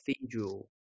cathedral